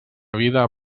vida